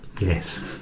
Yes